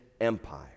Empire